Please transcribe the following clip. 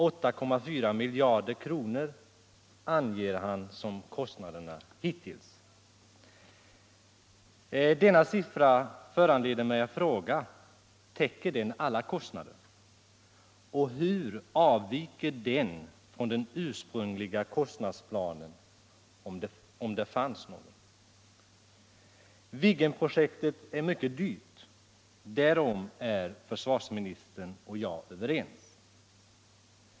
8,4 miljarder kronor anger han som kostnader hittills. Denna uppgift föranleder mig att fråga: Täcker den summan alla kostnader, och hur avviker den från den ursprungliga kostnadsplanen, om det fanns någon? Viggenprojektet är mycket dyrt. Därom är försvarsministern och jag överens.